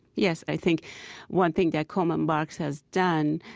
yes. i think one thing that coleman barks has done,